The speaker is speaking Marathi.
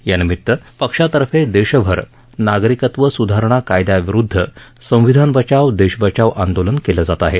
यानिमित्त पक्षातर्फे देशभर नागरिकत्व सुधारणा कायद्याविरुद्ध संविधान बचाव देश बचाब आंदोलन केलं जात आहे